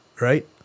Right